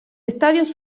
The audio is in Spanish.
estadios